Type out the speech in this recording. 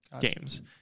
games